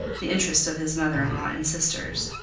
the interest of his mother-in-law and sisters.